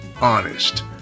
honest